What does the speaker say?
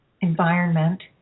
environment